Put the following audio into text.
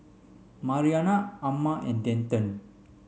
Marianna Amma and Denton